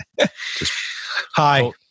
Hi